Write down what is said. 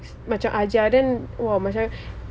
macam ajar then !wah!